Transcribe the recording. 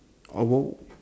oh